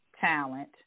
talent